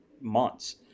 months